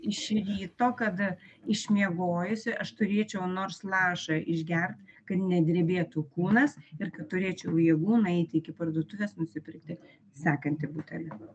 iš ryto kad išmiegojusi aš turėčiau nors lašą išgert kad nedrebėtų kūnas ir kad turėčiau jėgų nueiti iki parduotuvės nusipirkti sekantį butelį